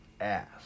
ass